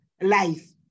life